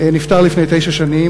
נפטר לפני תשע שנים.